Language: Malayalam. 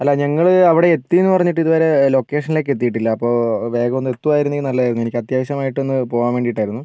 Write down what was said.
അല്ല ഞങ്ങൾ അവിടെ എത്തി എന്ന് പറഞ്ഞിട്ട് ഇതുവരെ ലൊക്കേഷനിലേക്ക് എത്തിയിട്ടില്ല അപ്പോൾ വേഗം ഒന്ന് എത്തുവായിരുന്നെങ്കിൽ നല്ലതായിരുന്നു എനിക്ക് അത്യാവശ്യമായിട്ടൊന്ന് പോകാൻ വേണ്ടിയിട്ടായിരുന്നു